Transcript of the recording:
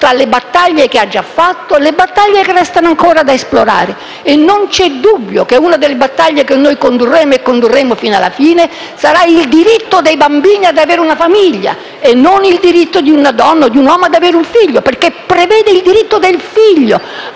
tra le battaglie che ha già fatto, quelle che restano ancora da esplorare e non vi è dubbio che una delle battaglie che noi condurremo (e lo faremo fino alla fine) sarà quella per il diritto dei bambini ad avere una famiglia e non il diritto di una donna o di un uomo ad avere un figlio perché prevale il diritto del figlio,